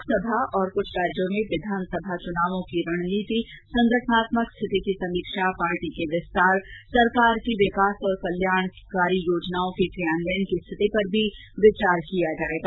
लोकसभा और कृष्ठ राज्यों में विधानसभा चुनावों की रणनीति संगठनात्मक स्थिति की समीक्षा पार्टी के विस्तार सरकार की विकास और जनकल्याण की योजनाओं के क्रियान्वयन की स्थिति पर भी विचार किया जायेगा